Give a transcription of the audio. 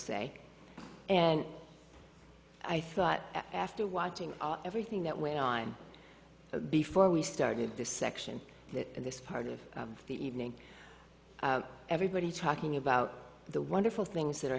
say and i thought after watching everything that went on before we started this section of this part of the evening everybody talking about the wonderful things that are